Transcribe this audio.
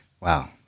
Wow